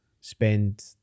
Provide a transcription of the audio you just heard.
spend